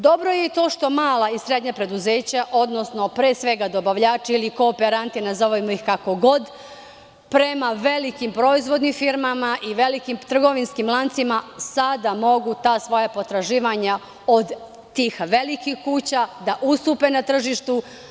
Dobro je i to što mala i srednja preduzeća, odnosno, pre svega dobavljači ili kooperanti, nazovimo ih kako god, prema velikim proizvodnim firmama i velikim trgovinskim lancima sada mogu ta svoja potraživanja od tih velikih kuća da ustupe na tržištu.